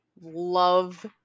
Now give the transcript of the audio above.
love